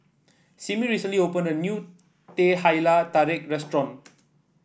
Simmie recently opened a new Teh Halia Tarik restaurant